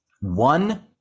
One